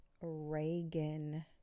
Reagan